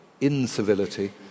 incivility